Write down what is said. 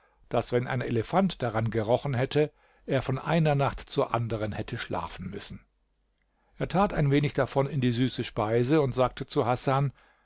daß wenn ein elefant daran gerochen hätte er von einer nacht zur anderen hätte schlafen müssen er tat ein wenig davon in die süße speise und sagte zu hasan